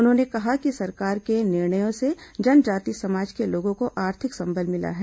उन्होंने कहा कि सरकार के निर्णयों से जनजाति समाज के लोगों को आर्थिक संबल मिला है